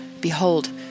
Behold